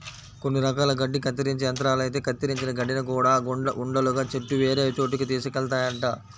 కొన్ని రకాల గడ్డి కత్తిరించే యంత్రాలైతే కత్తిరించిన గడ్డిని గూడా ఉండలుగా చుట్టి వేరే చోటకి తీసుకెళ్తాయంట